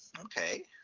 Okay